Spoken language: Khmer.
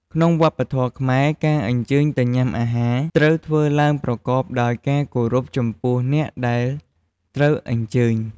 ក្នុងវប្បធម៍ខ្មែរ ការអញ្ជើញទៅញ៉ាំអាហារ ត្រូវធ្វើឡើងប្រកបដោយការគោរពចំពោះអ្នកដែលត្រូវអញ្ជើញ។